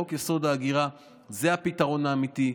חוק-יסוד: ההגירה זה הפתרון האמיתי.